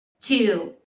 Two